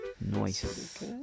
Noise